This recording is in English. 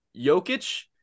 Jokic